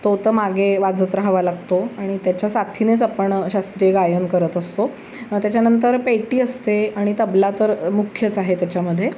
तो तर मागे वाजत राहावा लागतो आणि त्याच्या साथीनेच आपण शास्त्रीय गायन करत असतो अ त्याच्यानंतर पेटी असते आणि तबला तर मुख्यच आहे त्याच्यामध्ये